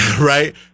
right